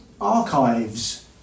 archives